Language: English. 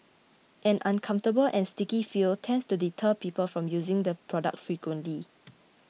an uncomfortable and sticky feel tends to deter people from using the product frequently